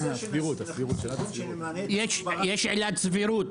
יש עילת סבירות.